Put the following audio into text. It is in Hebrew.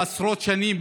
אבל עשרות שנים,